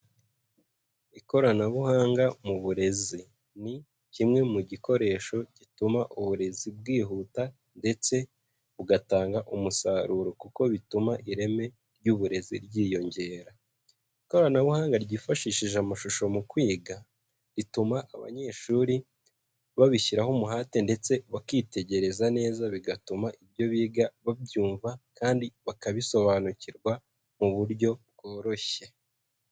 Ikoranabuhanga mu burezi ni kimwe mu gikoresho gituma uburezi bwihuta ndetse bugatanga umusaruro kuko bituma ireme ry'uburezi ryiyongera. Ikoranabuhanga ryifashishije amashusho mu kwiga rituma abanyeshuri babishyiraho umuhate ndetse bakitegereza neza bigatuma ibyo biga babyumva kandi bakabisobanukirwa mu buryo bworoshye.